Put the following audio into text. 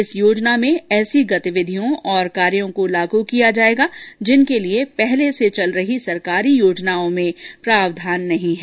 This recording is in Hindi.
इस योजना में ऐसी गतिविधियों और कार्यों को लागू किया जाएगा जिनके लिए कि पहले से चल रही सरकारी योजनाओं में प्रावधान नहीं हैं